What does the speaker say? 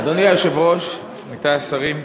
אדוני היושב-ראש, עמיתי השרים,